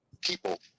people